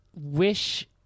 wish